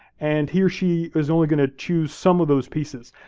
and he or she is only gonna choose some of those pieces,